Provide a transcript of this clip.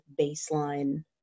baseline